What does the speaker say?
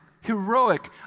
heroic